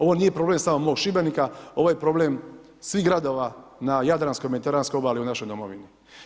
Ovo nije problem samo mog Šibenika, ovo je problem svih gradova na jadranskoj, mediteranskoj obali u našoj domovini.